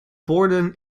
borden